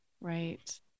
Right